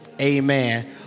Amen